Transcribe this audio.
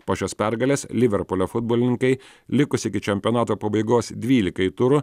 po šios pergalės liverpulio futbolininkai likus iki čempionato pabaigos dvylikai turų